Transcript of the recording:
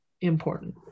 important